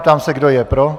Ptám se, kdo je pro.